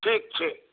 ठीक छै